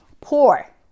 poor